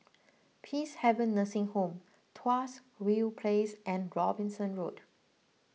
Peacehaven Nursing Home Tuas View Place and Robinson Road